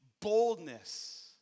boldness